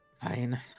Fine